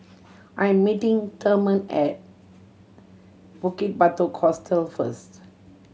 I am meeting Thurman at Bukit Batok Hostel first